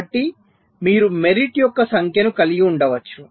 కాబట్టి మీరు మెరిట్ యొక్క సంఖ్యను కలిగి ఉండవచ్చు